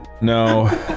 No